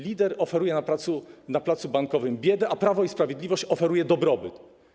Lider oferuje na placu Bankowym biedę, a Prawo i Sprawiedliwość oferuje dobrobyt.